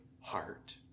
heart